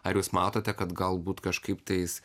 ar jūs matote kad galbūt kažkaip tais